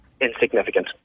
insignificant